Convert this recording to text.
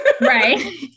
Right